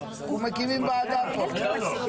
ההרכב הסיעתי?